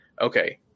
okay